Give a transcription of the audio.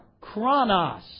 chronos